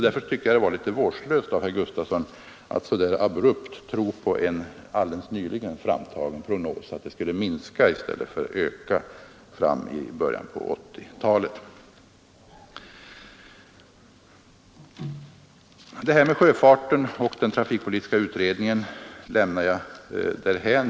Därför tycker jag att det var litet vårdslöst av herr Gustafson att så där abrupt tro på en alldeles nyligen framtagen prognos att antalet personbilar skulle minska i stället för öka i början av 1980-talet. Frågan om sjöfarten och den trafikpolitiska utredningen lämnar jag därhän.